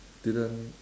didn't